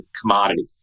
commodity